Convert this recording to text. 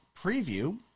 preview